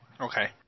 Okay